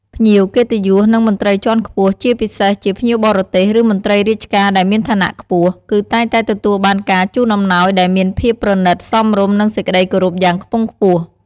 ភ្ញៀវកិត្តិយស និងមន្ត្រីជាន់ខ្ពស់ ជាពិសេសជាភ្ញៀវបរទេស ឬមន្ត្រីរាជការដែលមានឋានៈខ្ពស់ គឺតែងតែទទួលបានការជូនអំណោយដែលមានភាពប្រណិត សមរម្យ និងសេចក្ដីគោរពយ៉ាងខ្ពង់ខ្ពស់។